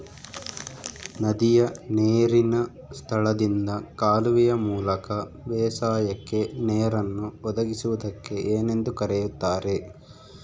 ನದಿಯ ನೇರಿನ ಸ್ಥಳದಿಂದ ಕಾಲುವೆಯ ಮೂಲಕ ಬೇಸಾಯಕ್ಕೆ ನೇರನ್ನು ಒದಗಿಸುವುದಕ್ಕೆ ಏನೆಂದು ಕರೆಯುತ್ತಾರೆ?